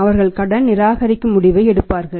அவர்கள் கடன் நிராகரிக்கும் முடிவை எடுப்பார்கள்